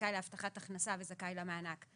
זכאי להבטחת הכנסה וזכאי למענק.